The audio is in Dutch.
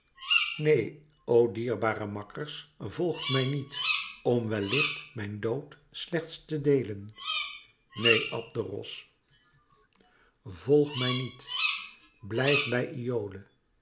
neen o dierbare makkers volgt mij niet om wellicht mijn dood slechts te deelen neen abderos volg mij niet blijf bij iole